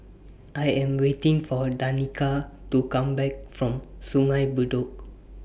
I Am waiting For Danika to Come Back from Sungei Bedok